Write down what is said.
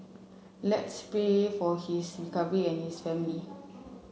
let's pray for his recovery and his family